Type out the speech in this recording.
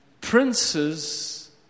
Princes